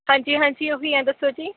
ਹਾਂਜੀ ਹਾਂਜੀ ਉਹ ਹੀ ਹਾਂ ਦੱਸੋ ਜੀ